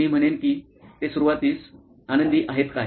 मी म्हणेन की ते सुरुवातीस आनंदी आहेत काय